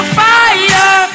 fire